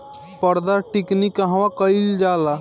पारद टिक्णी कहवा कयील जाला?